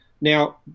Now